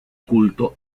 culto